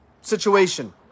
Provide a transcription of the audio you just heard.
situation